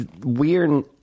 weird